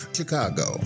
Chicago